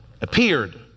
appeared